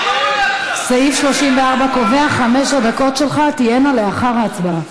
סעיף 34 קובע: חמש הדקות שלך תהיינה לאחר ההצבעה.